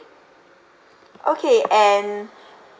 okay and